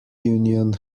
union